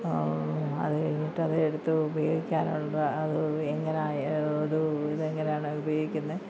അത് കഴിഞ്ഞിട്ട് അതെടുത്ത് ഉപയോഗിക്കാനുള്ള അത് എങ്ങനെയാണ് ഇത് ഇതെങ്ങാനാണ് ഉപയോഗിക്കുന്നത്